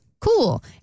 cool